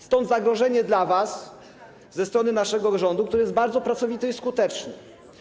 Stąd zagrożenie dla was ze strony naszego rządu, który jest bardzo pracowity i skuteczny.